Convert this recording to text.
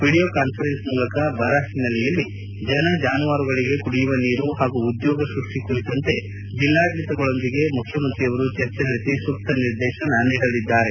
video conference ಮೂಲಕ ಬರ ಹಿನ್ನೆಲೆಯಲ್ಲಿ ಜನ ಜಾನುವಾರುಗಳಿಗೆ ಕುಡಿಯುವ ನೀರು ಹಾಗೂ ಉದ್ಯೋಗ ಸೃಷ್ಟಿ ಕುರಿತಂತೆ ಜಿಲ್ಲಾ ಆಡಳಿತದೊಂದಿಗೆ ಮುಖ್ಯಮಂತ್ರಿಯವರು ಚರ್ಚೆ ನಡೆಸಿ ಸೂಕ್ತ ನಿರ್ದೇಶನ ನೀಡಲಿದ್ದಾರೆ